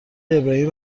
ابراهیمی